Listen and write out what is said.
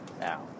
now